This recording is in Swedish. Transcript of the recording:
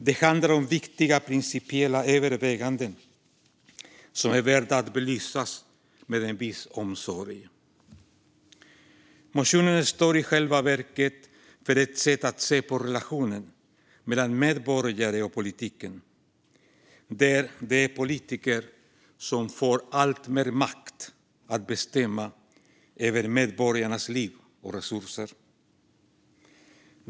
Det handlar om viktiga principiella överväganden som är värda att belysas med viss omsorg. Motionen står i själva verket för ett sätt att se på relationen mellan medborgare och politiker där politikerna får alltmer makt att bestämma över medborgarnas liv och resurser.